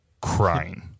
crying